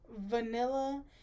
vanilla